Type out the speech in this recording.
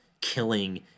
killing